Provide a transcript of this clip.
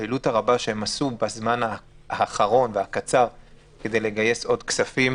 הפעילות הרבה שהם עשו בזמן האחרון כדי לגייס עוד כספים